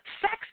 sex